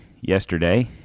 yesterday